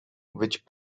which